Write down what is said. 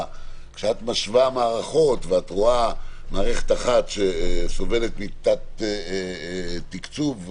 כשאת משווה מערכות ואת רואה מערכת אחת שסובלת מתת תקצוב,